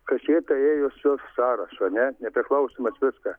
kašėta ėjo su sąrašu a ne nepriklausomas viską